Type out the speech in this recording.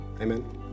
Amen